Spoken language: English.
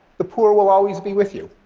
the poor will always be with you.